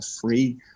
free